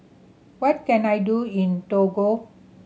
what can I do in Togo